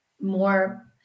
more